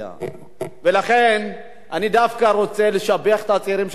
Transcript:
ולכן אני דווקא רוצה לשבח את הצעירים שנמצאים כאן,